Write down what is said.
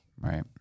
Right